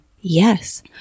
Yes